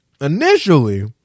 initially